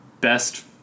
best